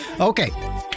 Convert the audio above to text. Okay